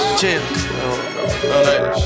chill